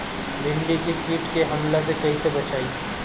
भींडी के कीट के हमला से कइसे बचाई?